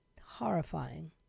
Horrifying